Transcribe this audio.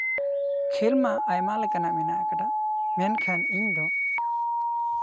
ᱠᱷᱮᱞ ᱢᱟ ᱟᱭᱢᱟ ᱞᱮᱠᱟᱱᱟᱜ ᱢᱮᱱᱟᱜ ᱠᱟᱫᱟ ᱢᱮᱱᱠᱷᱟᱱ ᱤᱧ ᱫᱚ